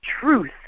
truth